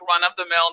run-of-the-mill